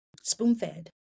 spoon-fed